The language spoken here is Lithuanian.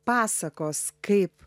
pasakos kaip